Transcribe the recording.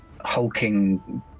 hulking